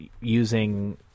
using